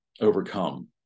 overcome